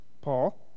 Paul